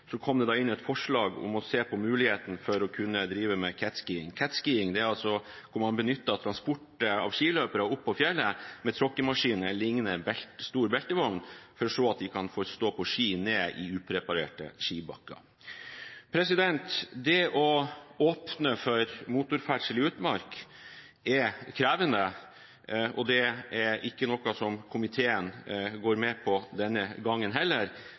så kan få stå på ski ned i upreparerte skibakker. Det å åpne for motorferdsel i utmark er krevende, og det er ikke noe som komiteen går med på denne gangen heller.